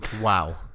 wow